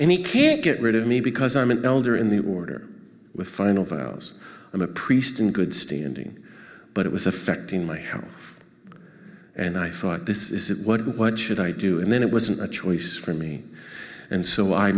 and he can't get rid of me because i'm an elder in the order with final vows i'm a priest in good standing but it was affecting my house and i thought this is it what what should i do and then it wasn't a choice for me and so i